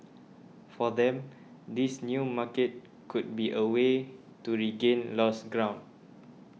for them this new market could be a way to regain lost ground